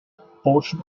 portion